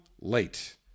late